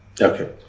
Okay